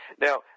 Now